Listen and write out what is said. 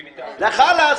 חלאס.